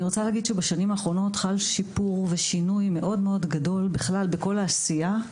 חל שיפור ושינוי מאוד גדול בכל העשייה,